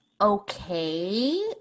okay